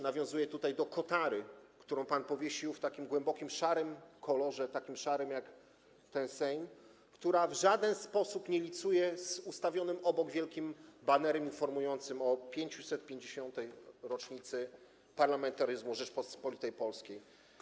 Nawiązuję tutaj do kotary, którą pan powiesił, w takim głębokim szarym kolorze, takim szarym, jak ten Sejm, która w żaden sposób nie licuje z ustawionym obok wielkim banerem informującym o 550. rocznicy parlamentaryzmu Rzeczypospolitej Polskiej.